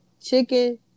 chicken